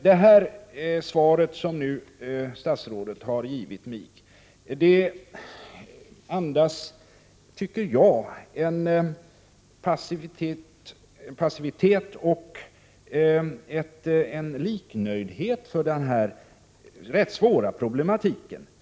Jag anser att det svar som statsrådet nu har givit mig andas en passivitet och liknöjdhet för den här rätt svåra problematiken.